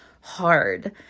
hard